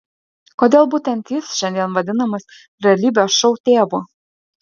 kodėl būtent jis šiandien vadinamas realybės šou tėvu